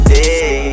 day